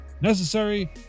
Necessary